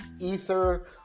Ether